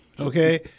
okay